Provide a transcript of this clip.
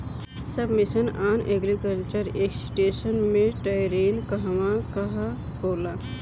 सब mission on agriculture extension मै training कहवा कहा होला?